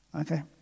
okay